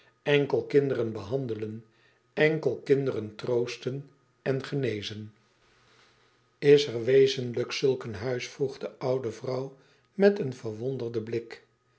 enkel kinderen behandelen enkel kinderen troosten en genezen is er wezenlijk zulk een huis vroeg de oude vrouw met een verwonderden blik